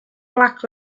black